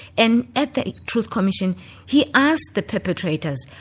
and at the truth commission he asked the perpetrators,